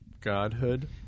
godhood